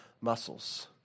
muscles